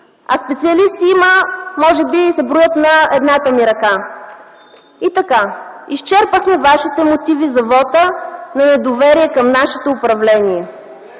а специалисти има – може би се броят на едната ми ръка. Изчерпахме вашите мотиви за вота на недоверие към нашето управление